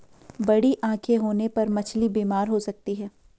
बड़ी आंखें होने पर मछली बीमार हो सकती है